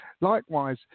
Likewise